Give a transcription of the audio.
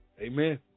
Amen